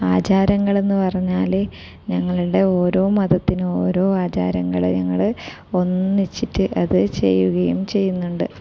ആചാരങ്ങളെന്ന് പറഞ്ഞാല് ഞങ്ങളുടെ ഓരോ മതത്തിനും ഓരോ ആചാരങ്ങള് ഞങ്ങള് ഒന്നിച്ചിട്ട് അത് ചെയ്യുകയും ചെയ്യുന്നുണ്ട്